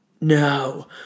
No